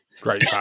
Great